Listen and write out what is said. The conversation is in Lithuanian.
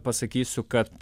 pasakysiu kad